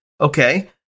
Okay